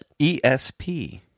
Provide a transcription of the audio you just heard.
ESP